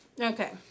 Okay